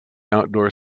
outdoor